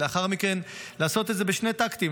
ולאחר מכן לעשות את זה בשני טקטים,